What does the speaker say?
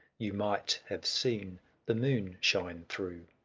you might have seen the moon shine through.